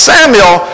Samuel